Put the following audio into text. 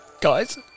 Guys